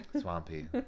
swampy